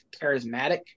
charismatic